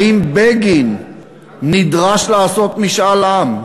האם בגין נדרש לעשות משאל עם?